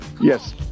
Yes